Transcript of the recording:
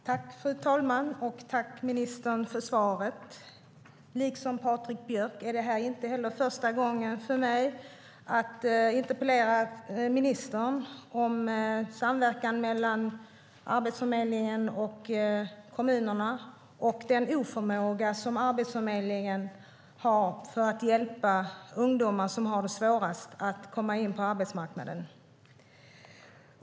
Fru talman! Tack, ministern, för svaret! Liksom för Patrik Björck är det inte heller för mig första gången jag interpellerar ministern om samverkan mellan Arbetsförmedlingen och kommunerna och den oförmåga som Arbetsförmedlingen har att hjälpa ungdomar, som har det svårast att komma in på arbetsmarknaden.